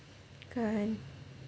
kan